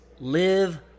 live